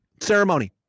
ceremony